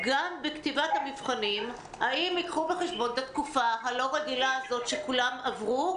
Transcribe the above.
גם בכתיבת המבחנים את התקופה הלא רגילה הזאת שכולם עברו?